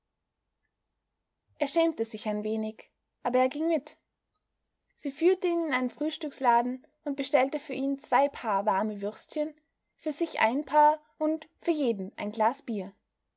er schämte sich ein wenig aber er ging mit sie führte ihn in einen frühstücksladen und bestellte für ihn zwei paar warme würstchen für sich ein paar und für jeden ein glas bier